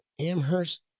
Amherst